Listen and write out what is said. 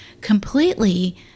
completely